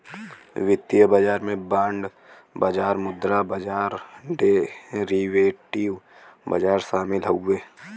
वित्तीय बाजार में बांड बाजार मुद्रा बाजार डेरीवेटिव बाजार शामिल हउवे